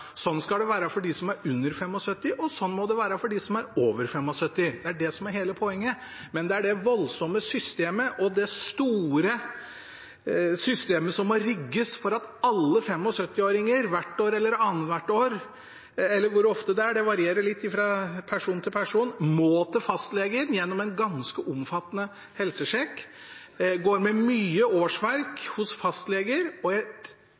Sånn skal det være for dem som er under 75, og sånn må det være for dem som er over 75. Det er det som er hele poenget. Men det er det voldsomme systemet som må rigges for at alle 75-åringer hvert år eller hvert annet år – hvor ofte det er, varierer litt fra person til person – skal igjennom en ganske omfattende helsesjekk hos fastlegen. Det går med mange årsverk hos fastleger og er for mange et